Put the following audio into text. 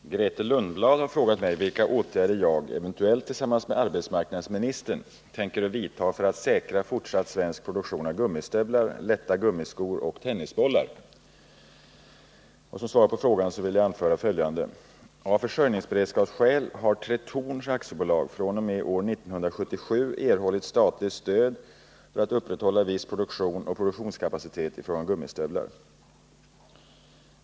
Herr talman! Grethe Lundblad har frågat mig vilka åtgärder jag, eventuellt tillsammans med arbetsmarkhadsministern, tänker vidta för att säkra fortsatt svensk produktion av gummistövlar, lätta gummiskor och tennisbollar. Som svar på frågan vill jag anföra följande. Av försörjningsberedskapsskäl har Tretorn AB fr.o.m. år 1977 erhållit statligt stöd för att upprätthålla viss produktion och produktionskapacitet i fråga om gummistövlar.